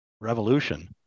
revolution